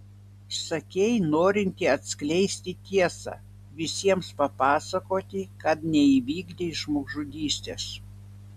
sakei norinti atskleisti tiesą visiems papasakoti kad neįvykdei žmogžudystės